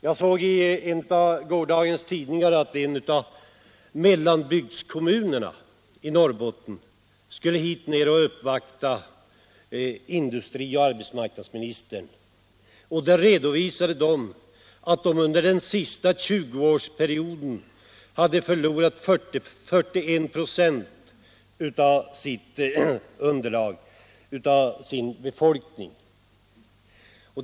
Jag såg i en av gårdagens tidningar att folk från en av mellanbygdskommunerna i Norrbotten skulle resa hit ner för att uppvakta industrioch arbetsmarknadsministrarna, och i den tidningsartikeln redovisades att kommunen under den senaste 20-årsperioden hade förlorat 41 26 av befolkningsunderlaget.